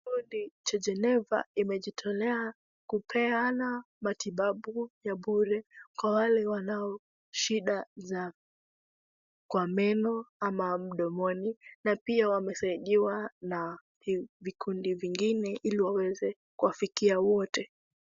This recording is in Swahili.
Kikundi cha Geneva imejitolea kupeana matibabu ya bure kwa wale wanaoshida za kwa meno au mdomoni na pia wamesaidiwa na vikundi vingine ili waweze kuwafikia wote.